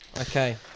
Okay